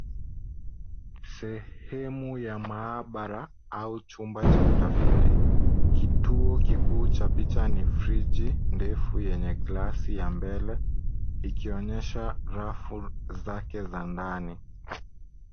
Sehemu ya maabara au chumma cha utafiti. Kituo kikuu cha picha ni friji ndefu yenye gilasi ya mbele ikionyesha rafu zake za ndani.